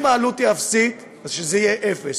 אם העלות היא אפסית אז שזה יהיה אפס,